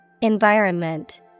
Environment